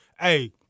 hey